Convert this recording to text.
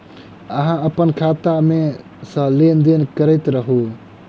अहाँ अप्पन खाता मे सँ लेन देन करैत रहू?